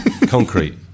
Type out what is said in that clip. Concrete